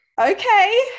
okay